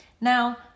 Now